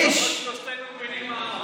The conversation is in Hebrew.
לפחות שלושתנו מבינים מה אמרת.